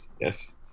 Yes